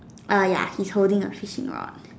err ya he's holding a fishing rod